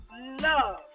love